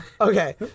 Okay